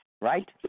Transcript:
Right